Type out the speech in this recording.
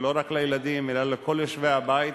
ולא רק לילדים אלא לכל יושבי הבית,